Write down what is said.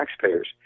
taxpayers